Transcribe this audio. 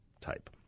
type